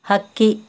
ಹಕ್ಕಿ